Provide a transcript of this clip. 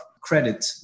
credit